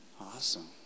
Awesome